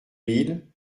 mille